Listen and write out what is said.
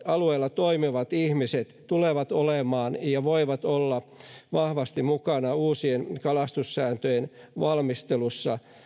alueella toimivat ihmiset tulevat olemaan ja voivat olla vahvasti mukana uusien kalastussääntöjen valmistelussa